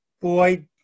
boy